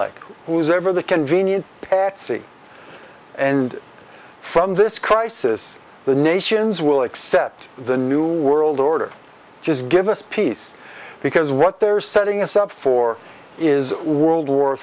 like who's ever the convenient etsy and from this crisis the nations will accept the new world order just give us peace because what they're setting us up for is world war